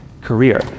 career